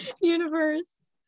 universe